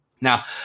Now